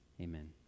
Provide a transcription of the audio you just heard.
amen